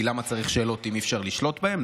כי למה צריך שאלות אם אי-אפשר לשלוט בהן,